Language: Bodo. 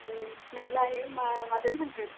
उम नोंलाइ होमबा माजों थांगोन